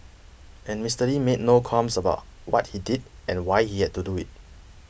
and Mister Lee made no qualms about what he did and why he had to do it